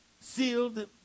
sealed